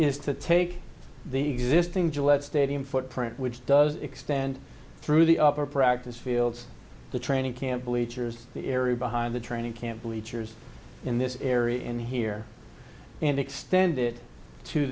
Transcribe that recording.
is to take the existing gillette stadium footprint which does extend through the upper practice fields the training camp believe the area behind the training camp bleachers in this area in here and extend